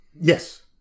Yes